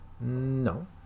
no